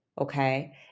okay